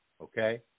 okay